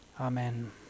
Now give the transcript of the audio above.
Amen